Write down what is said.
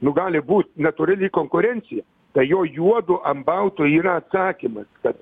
nu gali būt natūrali konkurencija tai jo juodu ant balto yra atsakymai kad